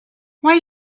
why